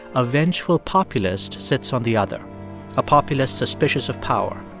eventual populist sits on the other a populist suspicious of power,